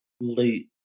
late